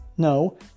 No